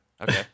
Okay